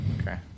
Okay